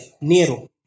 Nero